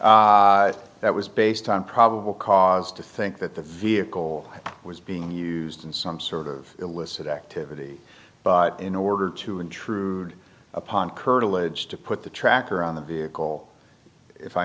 that was based on probable cause to think that the vehicle was being used in some sort of illicit activity but in order to intrude upon curtilage to put the tracker on the vehicle if i